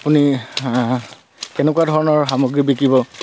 আপুনি কেনেকুৱা ধৰণৰ সামগ্ৰী বিকিব